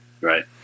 Right